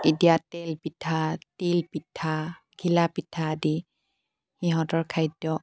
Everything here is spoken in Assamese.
এতিয়া তেলপিঠা তিলপিঠা ঘিলাপিঠা আদি সিহঁতৰ খাদ্য